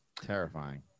terrifying